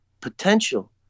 potential